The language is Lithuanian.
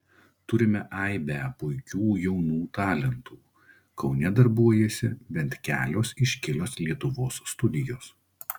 turime aibę puikių jaunų talentų kaune darbuojasi bent kelios iškilios lietuvos studijos